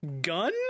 gun